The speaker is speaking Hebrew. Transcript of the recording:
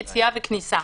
יציאה וכניסה.